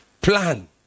plan